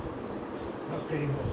almost about eight years ah